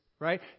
right